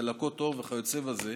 דלקות עור וכיוצא באלה,